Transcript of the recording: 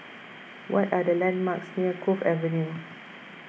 what are the landmarks near Cove Avenue